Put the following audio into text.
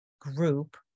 group